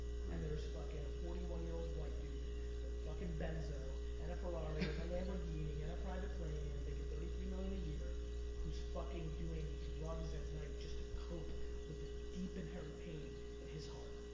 and there's fucking a forty one year old white dude with a fucking benzo and a ferrari and a lamborghini and a private plane and and making thirty three million a year who's fucking doing drugs at night just cope with the deep inherent pain in his heart.